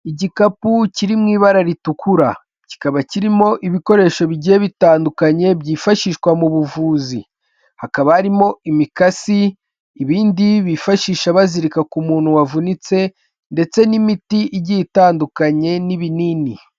Igikapu kiri mu ibara ritukura, kikaba kirimo ibikoresho bigiye bitandukanye byifashishwa mu buvuzi, hakaba harimo imikasi ibindi bifashisha bazirika ku muntu wavunitse, ndetse n'imiti igiye itandukanye n'ibinini.